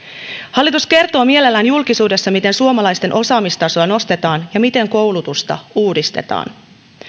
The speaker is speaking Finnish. hallitus kertoo mielellään julkisuudessa miten suomalaisten osaamistasoa nostetaan ja miten koulutusta uudistetaan